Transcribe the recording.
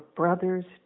brothers